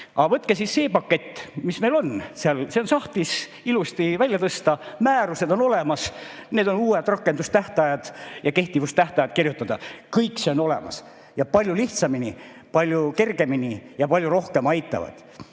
Aga võtke siis see pakett, mis meil on. See on seal sahtlis, ilusti, tuleb ainult välja tõsta. Määrused on olemas, neile tuleb uued rakendustähtajad ja kehtivustähtajad kirjutada, kõik see on olemas. Palju lihtsamini, palju kergemini ja palju rohkem aitavad.